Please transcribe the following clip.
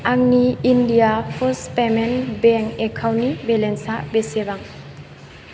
आंनि India post payments bank एकाउन्टनि बेलेन्सा बेसेबां